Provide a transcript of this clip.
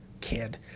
kid